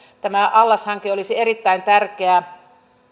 tämä allashanke olisi erittäin tärkeä